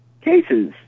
cases